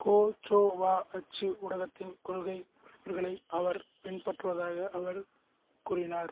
கோச்சோவோ அச்சு ஊடகத்தின் கொள்கை வழிமுறைகளை அவர் பின்பற்றுவதாக அவர் கூறினர்